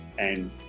and